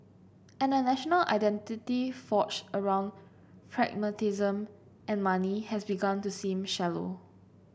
and a national identity forged around pragmatism and money has begun to seem shallow